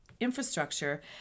infrastructure